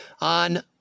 on